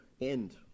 end